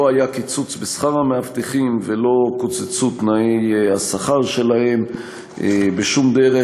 לא היה קיצוץ בשכר המאבטחים ולא נפגעו תנאי השכר שלהם בשום דרך,